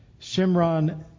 Shimron